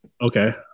Okay